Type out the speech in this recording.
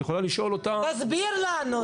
את יכולה לשאול --- תסביר לנו.